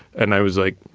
and i was like.